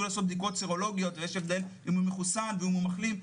לעשות בדיקות סרולוגיות ויש הבדל אם הוא מחוסן ואם הוא מחלים,